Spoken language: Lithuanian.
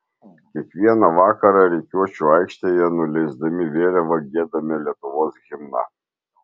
kiekvieną vakarą rikiuočių aikštėje nuleisdami vėliavą giedame lietuvos himną